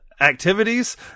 activities